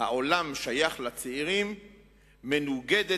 אדוני השר, סגנית